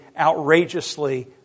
outrageously